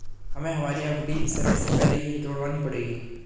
हमें हमारी एफ.डी समय से पहले ही तुड़वानी पड़ेगी